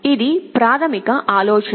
ఇది ప్రాథమిక ఆలోచన